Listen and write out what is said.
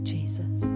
Jesus